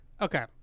okay